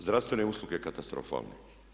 Zdravstvene usluge katastrofalne.